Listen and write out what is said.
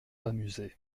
amusé